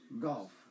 golf